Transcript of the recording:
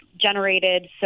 generated